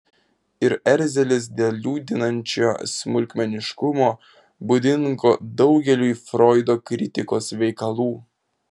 ir erzelis dėl liūdinančio smulkmeniškumo būdingo daugeliui froido kritikos veikalų